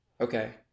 okay